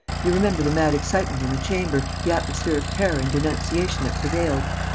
you remember the mad excitement in the chamber, the atmosphere of terror and denunciation that prevailed.